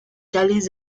cáliz